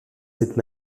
cette